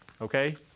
Okay